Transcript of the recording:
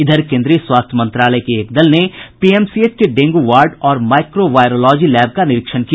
इधर केन्द्रीय स्वास्थ्य मंत्रालय के एक दल ने पीएमसीएच के डेंगू वार्ड और माईक्रो वायरोलॉजी लैब का निरीक्षण किया